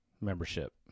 membership